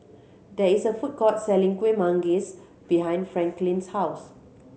there is a food court selling Kuih Manggis behind Franklin's house